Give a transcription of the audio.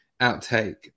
outtake